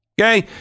Okay